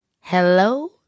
Hello